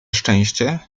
szczęście